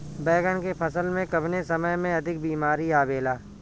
बैगन के फसल में कवने समय में अधिक बीमारी आवेला?